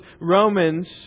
Romans